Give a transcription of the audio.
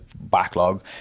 backlog